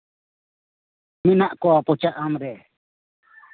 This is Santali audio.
ᱢᱮᱱᱟᱜ ᱠᱚᱣᱟ ᱯᱚᱪᱟ ᱟᱢᱨᱮ